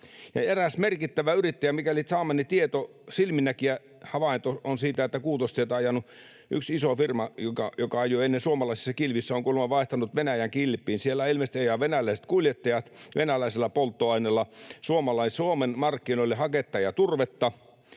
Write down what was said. eräs merkittävä yrittäjä... Sain tiedon — silminnäkijähavainto on siitä — että Kuutostietä ajanut yksi iso firma, joka ajoi ennen suomalaisissa kilvissä, on kuulemma vaihtanut Venäjän kilpiin, siellä ilmeisesti ajavat venäläiset kuljettajat venäläisellä polttoaineella Suomen markkinoille haketta ja turvetta.